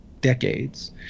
decades